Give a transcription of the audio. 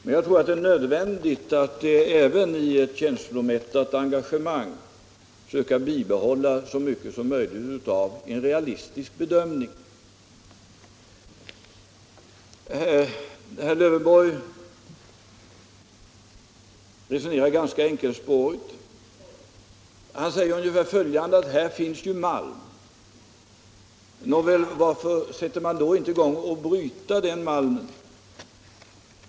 Men jag tror det är nödvändigt att även i ett känslomättat engagemang söka göra en så realistisk bedömning som möjligt. Herr Lövenborg resonerar ganska enkelspårigt. Han säger ungefär följande: Här finns ju malm. Varför sätter man då inte i gång att bryta den malmen?